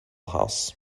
house